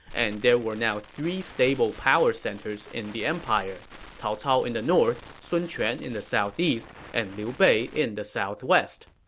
and there were now three stable power centers in the empire cao cao in the north, sun quan in the southeast, and liu bei in the southwest.